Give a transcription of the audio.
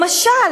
למשל,